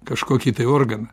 kažkokį tai organą